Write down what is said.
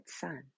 son